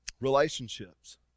Relationships